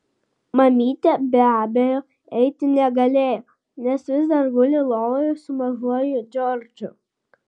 mamytė be abejo eiti negalėjo nes vis dar guli lovoje su mažuoju džordžu